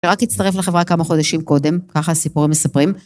רק הצטרף לחברה כמה חודשים קודם, ככה הסיפורים מספרים.